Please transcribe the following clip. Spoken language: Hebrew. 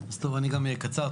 אז, טוב, אני גם אהיה קצר.